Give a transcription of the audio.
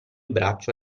braccio